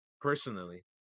personally